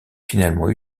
finalement